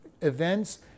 events